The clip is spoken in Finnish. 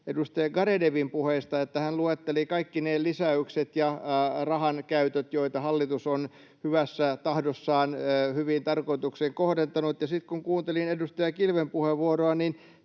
edustaja Garedewin puheista, että hän luetteli kaikki ne lisäykset ja rahankäytöt, joita hallitus on hyvässä tahdossaan hyviin tarkoituksiin kohdentanut, ja sitten, kun kuuntelin edustaja Kilven puheenvuoroa,